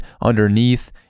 underneath